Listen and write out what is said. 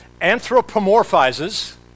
anthropomorphizes